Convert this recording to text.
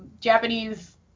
Japanese